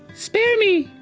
spare me!